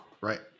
right